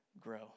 grow